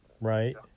Right